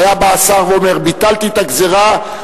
והשר היה אומר: ביטלתי את הגזירה,